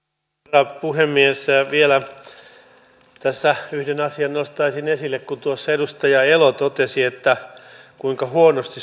arvoisa herra puhemies vielä tässä yhden asian nostaisin esille kun tuossa edustaja elo totesi kuinka huonosti